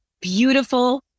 beautiful